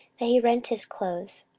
that he rent his clothes.